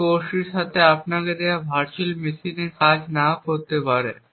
এই কোডটি কোর্সের সাথে আপনাকে দেওয়া ভার্চুয়াল মেশিনে কাজ নাও করতে পারে